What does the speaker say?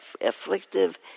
afflictive